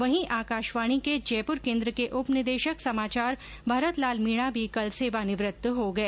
वहीं आकाशवाणी के जयपुर केन्द्र के उप निदेशक समाचार भरत लाल मीणा भी कल सेवानिवृत्त हो गए